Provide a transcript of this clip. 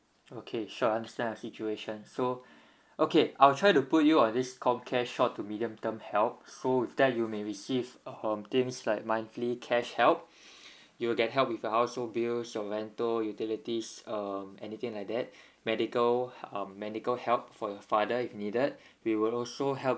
okay sure understand your situation so okay I'll try to put you on this comcare short to medium term help so with that you may receive um things like monthly cash help you'll get help with your household bills your rental utilities um anything like that medical h~ um medical help for your father if needed we will also help